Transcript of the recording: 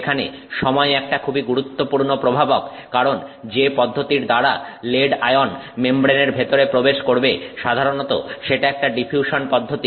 এখানে সময় একটা খুবই গুরুত্বপূর্ণ প্রভাবক কারণ যে পদ্ধতির দ্বারা লেড আয়ন মেমব্রেনের ভেতরে প্রবেশ করবে সাধারণভাবে সেটা একটা ডিফিউশন পদ্ধতি